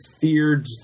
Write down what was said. feared